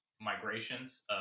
migrations